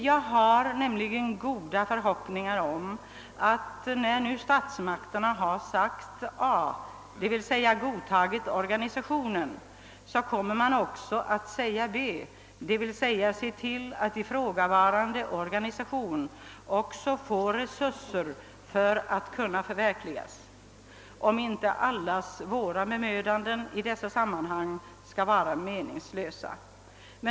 Jag har nämligen goda förhoppningar om att statsmakterna, när man nu har sagt A — d. v. s. godtagit organisationen — också kommer att säga B, alltså se till att ifrågavarande organisation också får resurser för att kunna arbeta. Om inte detta blir fallet blir ju alla våra bemödanden i dessa sammanhang helt meningslösa.